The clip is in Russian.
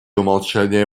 умолчание